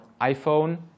iPhone